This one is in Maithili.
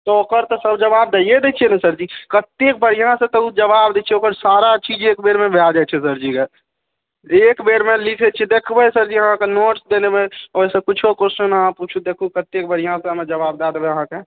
त ओकर त सर जवाब दइए न दय छियै सर जी कतय बढ़ियाँ सं त ऊ जवाब दय छियै ओकर सारा चीज एक बेरमे बुझै जै छै सर जीके एक बेरमे लिखै छियै देखबै सर जी अहाँ नोट्स दय ओयसँ कुछो क्वेस्चन अहाँ पुछु देखू कते बढ़िआँ जवाब दै देबै अहाँके